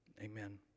Amen